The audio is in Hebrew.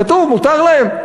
כתוב, מותר להם.